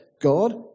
God